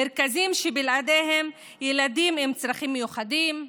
מרכזים שבלעדיהם ילדים עם צרכים מיוחדים,